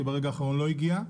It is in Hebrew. שברגע האחרון לא הגיע.